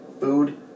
Food